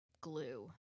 glue